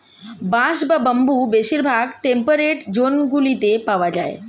বাঁশ বা বাম্বু বেশিরভাগ টেম্পারেট জোনগুলিতে পাওয়া যায়